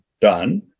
done